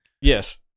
Yes